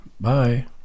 Bye